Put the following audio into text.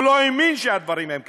הוא לא האמין שהדברים הם כאלה.